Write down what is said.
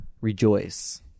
rejoice